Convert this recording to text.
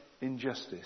injustice